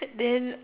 then